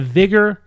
vigor